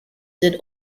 did